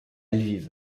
lviv